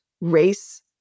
race